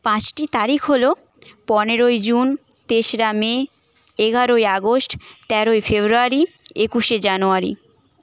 পাঁচটি তারিখ হল পনেরোই জুন তেসরা মে এগারোই আগস্ট তেরোই ফেব্রুয়ারি একুশে জানুয়ারি